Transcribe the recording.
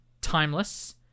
timeless